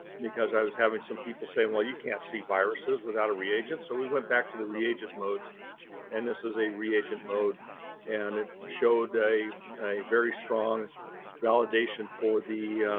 because i was having some people say, well, you can't see viruses without a reagent. so we went back to the reagent modes and this is a reagent mode and it showed a very strong validation for the